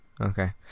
okay